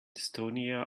estonia